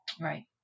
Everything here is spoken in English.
Right